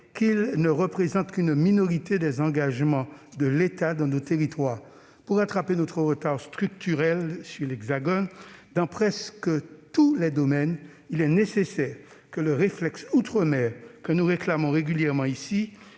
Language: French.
qu'ils ne représentent qu'une minorité des engagements de l'État dans nos territoires. Pour rattraper notre retard structurel sur l'Hexagone, dans presque tous les domaines, il est nécessaire que le « réflexe outre-mer » que nous réclamons régulièrement ici